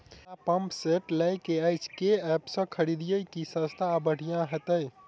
हमरा pump set लय केँ अछि केँ ऐप सँ खरिदियै की सस्ता आ बढ़िया हेतइ?